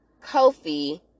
Kofi